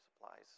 Supplies